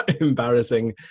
embarrassing